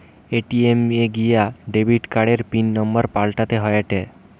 ATM এ গিয়া debit কার্ডের পিন নম্বর পাল্টাতে হয়েটে